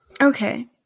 Okay